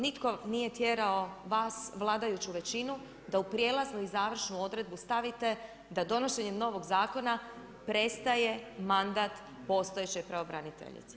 Nitko nije tjerao, vas vladajuću većinu, da u prijelaznu i završnu odredbu stavite da donošenjem novog zakona, prestaje mandat postojeće pravobraniteljice.